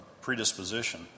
predisposition